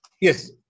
Yes